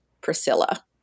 Priscilla